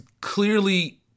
clearly